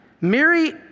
mary